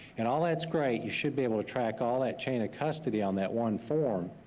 and all that's great, you should be able to track all that chain of custody on that one form,